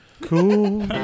Cool